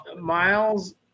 Miles